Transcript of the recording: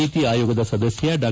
ನೀತಿ ಆಯೋಗದ ಸದಸ್ಯ ಡಾ